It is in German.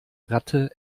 ratte